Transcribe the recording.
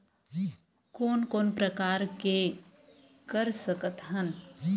कोन कोन प्रकार के कर सकथ हन?